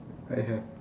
I have